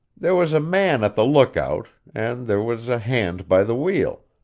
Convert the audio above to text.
there was a man at the lookout, and there was a hand by the wheel,